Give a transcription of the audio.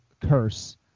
curse